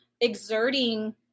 exerting